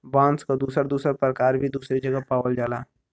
बांस क दुसर दुसर परकार भी दुसरे जगह पावल जाला